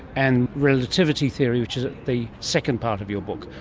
and relativity theory, which is the second part of your book?